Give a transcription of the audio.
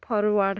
forward